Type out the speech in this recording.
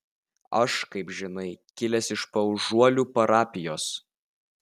aš kaip žinai kilęs iš paužuolių parapijos